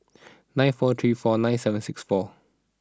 nine four three four nine seven six four